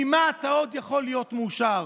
ממה אתה עוד יכול להיות מאושר?